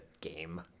game